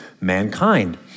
mankind